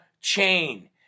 chain